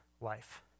life